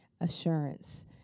assurance